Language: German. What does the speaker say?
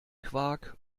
quark